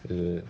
the